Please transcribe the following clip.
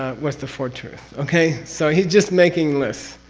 ah was the four truths. okay? so, he's just making lists,